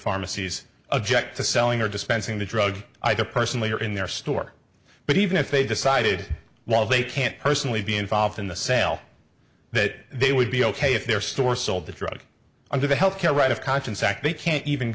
pharmacies object to selling or dispensing the drug either personally or in their store but even if they decided while they can't personally be involved in the sale that they would be ok if their store sold the drug under the health care right of conscience act they can't even